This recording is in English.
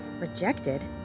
Rejected